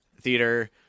Theater